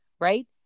Right